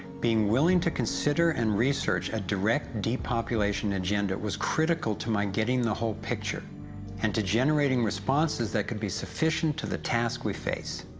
being willing to consider and research a direct depopulation agenda, was critical to my getting a whole picture and to generating responses, that could be sufficient to the task we face.